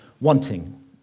wanting